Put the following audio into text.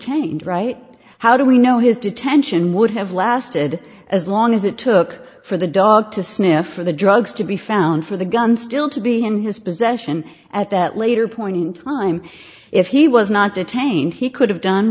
change right how do we know his detention would have lasted as long as it took for the dog to sniff for the drugs to be found for the gun still to be in his possession at that later point in time if he was not detained he could have done